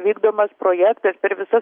vykdomas projektas per visas